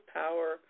power